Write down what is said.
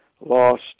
lost